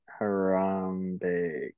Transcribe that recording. Harambe